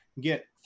get